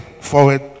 forward